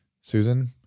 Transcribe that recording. Susan